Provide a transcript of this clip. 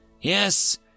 Yes